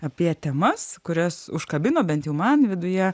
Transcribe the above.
apie temas kurias užkabino bent jau man viduje